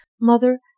Mother